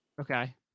okay